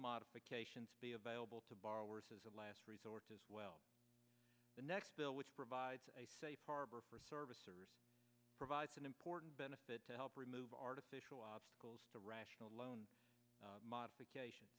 modifications be available to borrowers as a last resort as well the next bill which provides a safe harbor for service or provides an important benefit to help remove artificial obstacles to rational loan modification